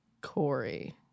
Corey